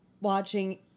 watching